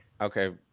Okay